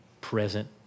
present